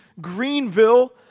Greenville